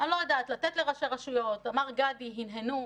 לתת לראשי רשויות, אמר גדי, הנהנו.